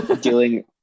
Dealing